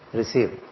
receive